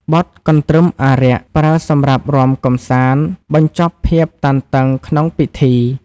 បទកន្ទ្រឹមអារក្ស ប្រើសម្រាប់រាំកម្សាន្តបញ្ចប់ភាពតានតឹងក្នុងពិធី។